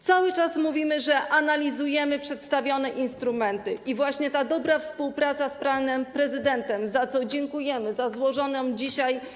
Cały czas mówimy, że analizujemy przedstawione instrumenty, i właśnie ta dobra współpraca z panem prezydentem, za co dziękujemy, za złożoną wczoraj ustawę.